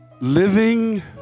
Living